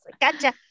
Gotcha